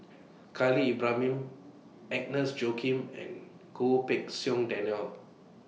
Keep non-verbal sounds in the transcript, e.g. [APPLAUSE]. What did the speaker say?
[NOISE] Khalil Ibrahim Agnes Joaquim and Goh Pei Siong Daniel